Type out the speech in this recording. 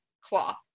claw